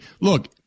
Look